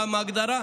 מה ההגדרה?